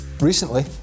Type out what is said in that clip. recently